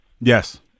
Yes